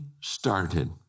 started